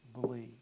believe